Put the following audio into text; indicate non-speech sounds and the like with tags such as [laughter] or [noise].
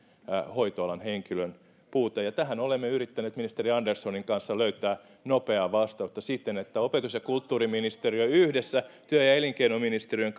hoitoalan henkilön puute ja tähän olemme yrittäneet ministeri anderssonin kanssa löytää nopeaa vastausta siten että opetus ja kulttuuriministeriö yhdessä työ ja elinkeinoministeriön [unintelligible]